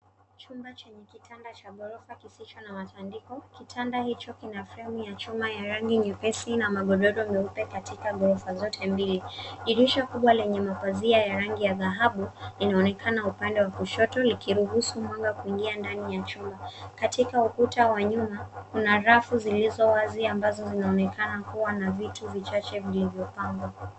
Chumba chenye kitanda cha ghorofa kisicho na matandiko. Kitanda hicho kina fremu ya chuma ya rangi nyepesi na magodoro nyeupe katika ghorofa zote mbili. Dirisha kubwa lenye mapazia ya rangi ya dhahabu linaonekana upande wa kushoto likiruhusu mwanga kuingia ndani ya chumba. Katika ukuta wa nyuma kuna rafu zilizo wazi ambazo zinaonekana kuwa na vitu vichache vilivyopangwa.